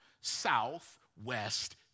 southwest